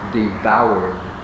devoured